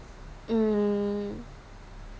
mm